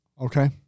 Okay